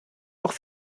auch